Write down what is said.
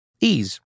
Ease